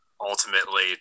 ultimately